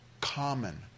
common